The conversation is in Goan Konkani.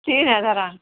तीन हजारांक